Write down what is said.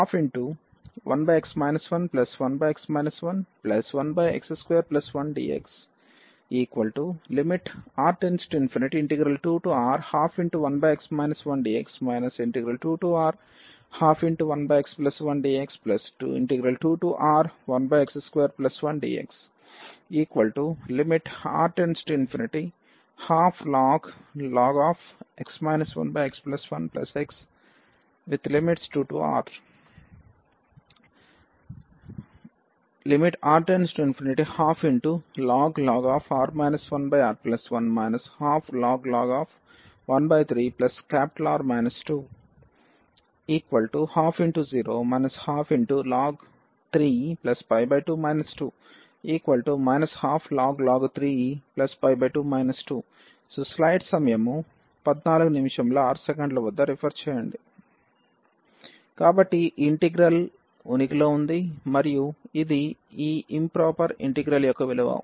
కాబట్టి ఇక్కడ మనకు ఉంది lim⁡R→∞ 2R1x2 11x2 1dx lim⁡R→∞2R121x 11x 11x21dx lim⁡R→∞2R121x 1dx 2R121x1dx2R1x21dx lim⁡R→∞12ln x 1x1 x 2R lim⁡R→∞12ln R 1R1 12ln 13R 2 12×0 12ln 3 2 2 12ln 3 2 2 కాబట్టి ఈ integral ఉనికిలో ఉంది మరియు ఇది ఈ ఇంప్రొపెర్ ఇంటిగ్రల్ యొక్క విలువ